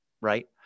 right